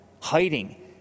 hiding